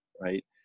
right